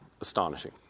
astonishing